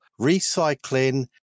recycling